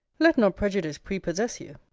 let not prejudice prepossess you.